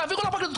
תעבירו לפרקליטות,